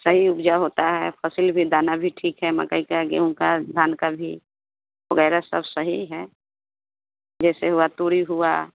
सही उपजा होता है फसल में दाना भी ठीक है मकई का गेहूँ का धान का भी वगैरह सब सही है जैसे हुआ तुरई हुआ